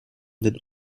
den